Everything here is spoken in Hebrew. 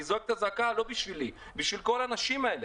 אני זועק את הזעקה לא בשבילי אלא בשביל כל האנשים האלה.